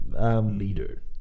Leader